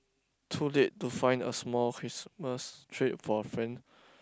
too late to find a small Christmas treat for a friend